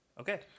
Okay